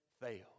fail